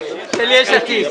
יש עתיד,